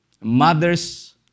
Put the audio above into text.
Mothers